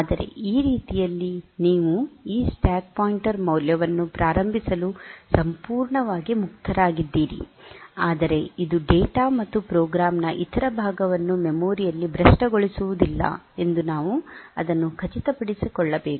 ಆದರೆ ಈ ರೀತಿಯಲ್ಲಿ ನೀವು ಈ ಸ್ಟ್ಯಾಕ್ ಪಾಯಿಂಟರ್ ಮೌಲ್ಯವನ್ನು ಪ್ರಾರಂಭಿಸಲು ಸಂಪೂರ್ಣವಾಗಿ ಮುಕ್ತರಾಗಿದ್ದೀರಿ ಆದರೆ ಇದು ಡೇಟಾ ಮತ್ತು ಪ್ರೋಗ್ರಾಂನ ಇತರ ಭಾಗವನ್ನು ಮೆಮೊರಿಯಲ್ಲಿ ಭ್ರಷ್ಟಗೊಳಿಸುವುದಿಲ್ಲ ಎಂದು ನಾವು ಅದನ್ನು ಖಚಿತಪಡಿಸಿಕೊಳ್ಳಬೇಕು